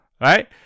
Right